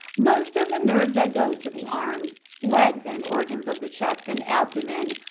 most of the nerves that go to the arms, legs, and organs of the chest and abdomen,